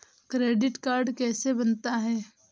Credit card कैसे बनता है?